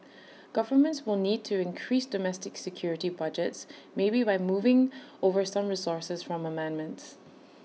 governments will need to increase domestic security budgets maybe by moving over some resources from armaments